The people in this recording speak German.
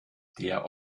der